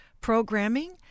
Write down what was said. programming